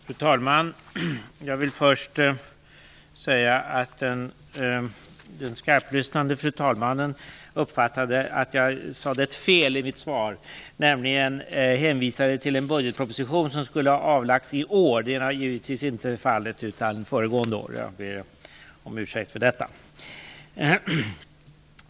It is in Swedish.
Fru talman! Den noggrant lyssnande talmannen uppfattade att jag sade fel i mitt svar. Jag hänvisade till en budgetproposition som skulle ha avlagts i år. Så är givetvis inte fallet; det skall naturligtvis vara föregående år. Jag ber om ursäkt för detta.